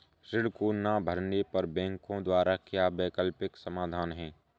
ऋण को ना भरने पर बैंकों द्वारा क्या वैकल्पिक समाधान हैं?